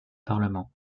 parlement